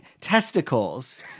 testicles